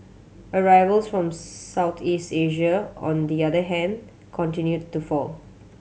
arrivals from Southeast Asia on the other hand continued to fall